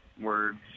Words